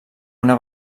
una